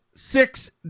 Six